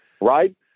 Right